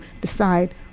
decide